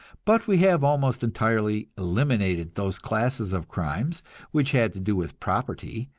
but we have almost entirely eliminated those classes of crime which had to do with property,